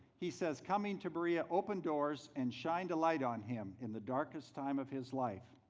he says coming to berea opened doors and shined a light on him in the darkest time of his life.